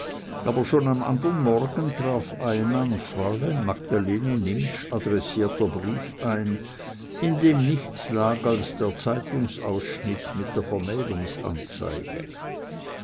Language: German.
aber schon am andern morgen traf ein an fräulein magdalene nimptsch adressierter brief ein in dem nichts lag als der zeitungsausschnitt mit der